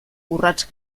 urrats